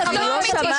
מי נמנע?